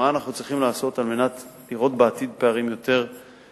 מה אנחנו צריכים לעשות על מנת לראות בעתיד פערים יותר קטנים,